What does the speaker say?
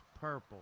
Purple